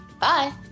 Bye